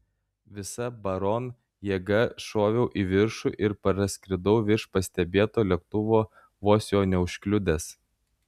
visa baron jėga šoviau į viršų ir praskridau virš pastebėto lėktuvo vos jo neužkliudęs